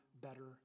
better